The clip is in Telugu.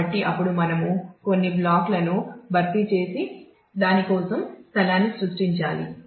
కాబట్టి అప్పుడు మనము కొన్ని బ్లాక్లను భర్తీ చేసి దాని కోసం స్థలాన్ని సృష్టించాలి